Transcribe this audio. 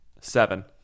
Seven